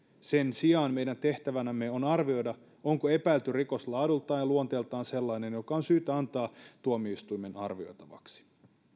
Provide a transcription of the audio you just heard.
sen sijaan meidän tehtävänämme on arvioida onko epäilty rikos laadultaan ja luonteeltaan sellainen joka on syytä antaa tuomioistuimen arvioitavaksi